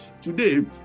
Today